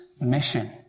mission